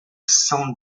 san